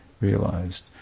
realized